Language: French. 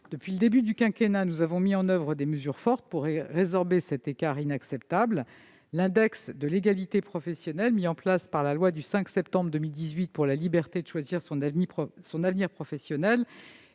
Depuis le début du quinquennat, nous avons mis en oeuvre des mesures fortes pour résorber cet écart inacceptable. L'index de l'égalité professionnelle, mis en place par la loi du 5 septembre 2018 pour la liberté de choisir son avenir professionnel,